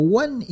one